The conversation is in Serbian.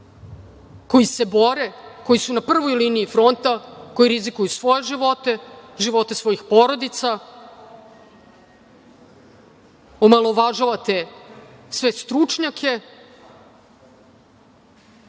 koji se bore, koji su na prvoj liniji fronta, koji rizikuju svoje živote, živote svojih porodica, omalovažavate sve stručnjake